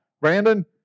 Brandon